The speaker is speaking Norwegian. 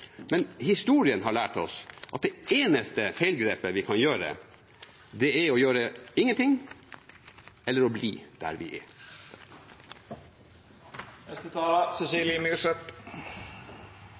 men historien har lært oss at det eneste feilgrepet vi kan gjøre, er å gjøre ingenting – eller å bli der vi er.